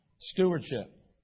Stewardship